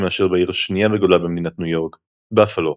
מאשר בעיר השנייה בגודלה במדינת ניו יורק – באפלו.